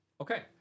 okay